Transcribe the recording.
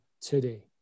today